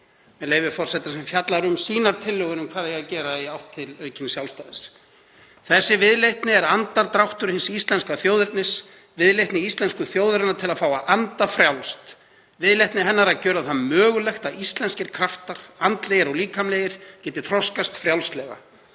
með leyfi forseta, sem fjallar um tillögur sínar um hvað eigi að gera í átt til aukins sjálfstæðis. „Þessi viðleitni er andardráttur hins íslenzka þjóðernis, viðleitni íslenzku þjóðarinnar til að fá að anda frjálst, viðleitni hennar að gjöra það mögulegt, að íslenzkir kraptar andlegir, og líkamlegir geti þroskazt frjálslega.